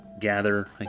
gather